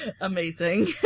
Amazing